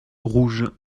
rouges